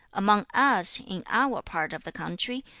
among us, in our part of the country,